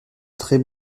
très